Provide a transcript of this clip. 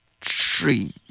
tree